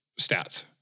stats